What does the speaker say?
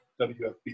WFB